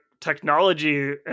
technology